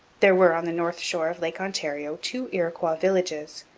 there were on the north shore of lake ontario two iroquois villages,